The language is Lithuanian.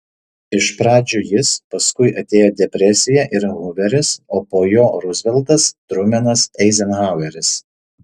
iš pradžių jis paskui atėjo depresija ir huveris o po jo ruzveltas trumenas eizenhaueris